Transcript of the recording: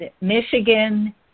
Michigan